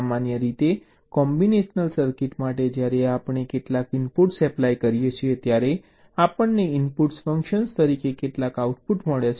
સામાન્ય રીતે combinational circuit માટે જ્યારે આપણે કેટલાક ઇનપુટ્સ એપ્લાય કરીએ છીએ ત્યારે આપણને ઇનપુટ્સના ફંકશન તરીકે કેટલાક આઉટપુટ મળે છે